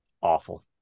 awful